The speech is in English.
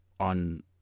on